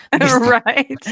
Right